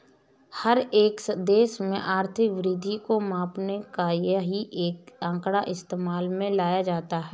हर एक देश में आर्थिक वृद्धि को मापने का यही एक आंकड़ा इस्तेमाल में लाया जाता है